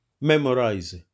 Memorize